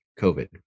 COVID